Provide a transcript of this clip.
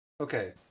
okay